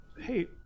Hey